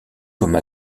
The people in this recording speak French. comme